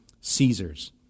Caesars